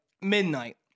midnight